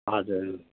हजुर